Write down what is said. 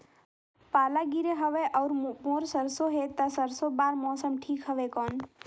पाला गिरे हवय अउर मोर सरसो हे ता सरसो बार मौसम ठीक हवे कौन?